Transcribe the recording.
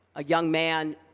a young man